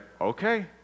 okay